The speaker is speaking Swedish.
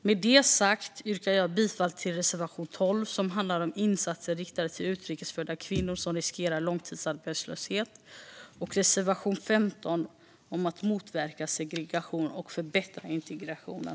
Med detta sagt yrkar jag bifall till reservation 12, som handlar om insatser riktade till utrikes födda kvinnor som riskerar långtidsarbetslöshet, och reservation 15 om att motverka segregation och förbättra integrationen.